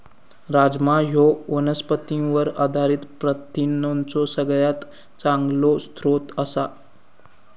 राजमा ह्यो वनस्पतींवर आधारित प्रथिनांचो सगळ्यात चांगलो स्रोत आसा